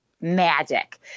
magic